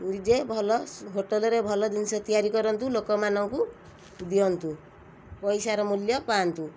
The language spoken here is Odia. ନିଜେ ଭଲ ସ ହୋଟେଲ୍ରେ ଭଲ ଜିନିଷ ତିଆରି କରନ୍ତୁ ଲୋକମାନଙ୍କୁ ଦିଅନ୍ତୁ ପଇସାର ମୂଲ୍ୟ ପାଆନ୍ତୁ